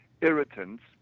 irritants